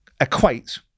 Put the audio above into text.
equate